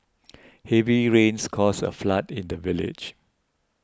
heavy rains caused a flood in the village